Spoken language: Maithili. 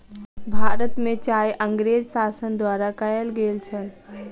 भारत में चाय अँगरेज़ शासन द्वारा कयल गेल छल